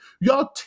Y'all